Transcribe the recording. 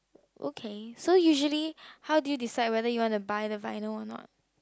okay so usually how do you decide whether you want to buy the vinyl or not